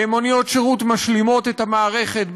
מוניות שירות משלימות את המערכת בסופי-שבוע,